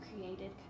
created